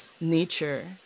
nature